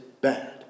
bad